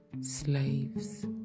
slaves